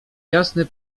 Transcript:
jasny